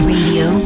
Radio